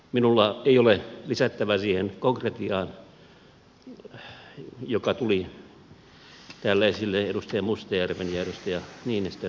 minulla ei ole lisättävää siihen konkretiaan joka tuli täällä esille edustaja mustajärven ja edustaja niinistön puheenvuoroissa